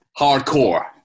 hardcore